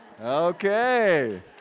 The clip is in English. Okay